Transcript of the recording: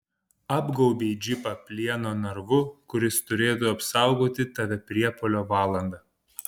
apgaubei džipą plieno narvu kuris turėtų apsaugoti tave priepuolio valandą